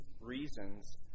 reasons